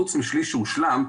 חוץ מהשליש שהושלם,